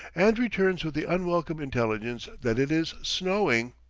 and returns with the unwelcome intelligence that it is snowing.